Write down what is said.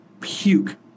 puke